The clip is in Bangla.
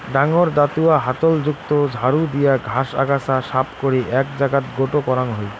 ডাঙর দাতুয়া হাতল যুক্ত ঝাড়ু দিয়া ঘাস, আগাছা সাফ করি এ্যাক জাগাত গোটো করাং হই